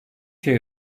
şey